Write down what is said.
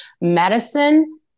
medicine